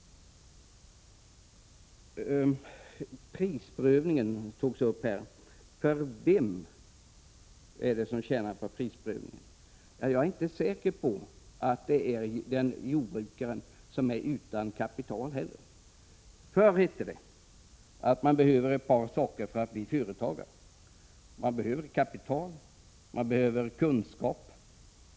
Prisprövningen togs också upp. Vem är det som tjänar på den? Jag är inte säker på att det är jordbrukaren som är utan kapital. Förr hette det att det krävdes ett par saker för att man skulle kunna bli företagare: kapital och kunskap.